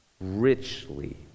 richly